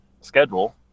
schedule